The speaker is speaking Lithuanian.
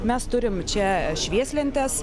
mes turim čia švieslentes